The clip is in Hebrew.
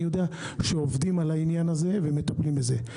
אני יודע שעובדים על זה ומטפלים בזה.